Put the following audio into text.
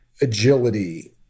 agility